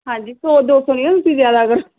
ਹਾਂਜੀ ਸੌ ਦੋ ਸੌ ਨਹੀਂ ਹੁਣ ਤੁਸੀਂ ਜ਼ਿਆਦਾ ਕਰੋ